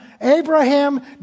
Abraham